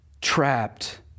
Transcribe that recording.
trapped